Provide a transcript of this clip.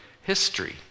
history